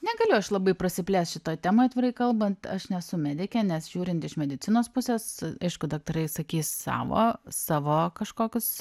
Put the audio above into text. negaliu aš labai prasiplės šitoj temoj atvirai kalbant aš nesu medikė nes žiūrint iš medicinos pusės aišku daktarai sakys savo savo kažkokius